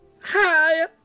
Hi